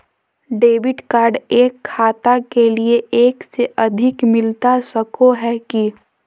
Debit card एक खाता के लिए एक से अधिक मिलता सको है की?